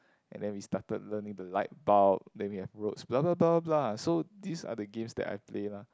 and then we stared learning the light bulbs then we have roads blablablabla so these are the games that I play lah